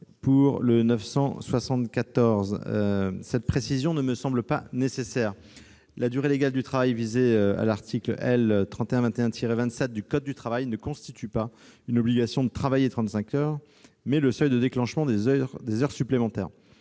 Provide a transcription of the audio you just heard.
n° 974 rectifié ne me semble pas nécessaire : la durée légale du travail visée à l'article L. 3121-27 du code du travail ne constitue pas une obligation de travailler 35 heures, mais définit le seuil de déclenchement des heures supplémentaires.